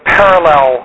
parallel